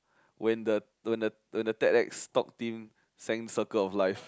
when the when the when the Ted X talk team sang circle of life